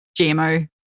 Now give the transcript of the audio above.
gmo